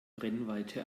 brennweite